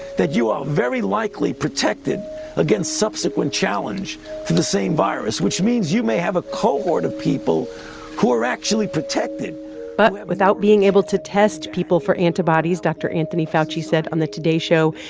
that you are very likely protected against subsequent challenge to the same virus, which means you may have a cohort of people who are actually protected but without being able to test people for antibodies, dr. anthony fauci said on the today show,